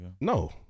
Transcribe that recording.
No